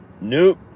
Nope